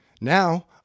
now